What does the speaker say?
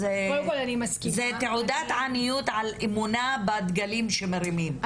תעודת עניות על אמונה בדגלים שמרימים,